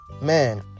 man